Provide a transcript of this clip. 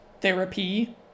therapy